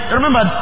remember